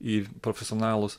į profesionalus